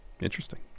Interesting